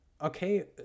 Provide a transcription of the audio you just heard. okay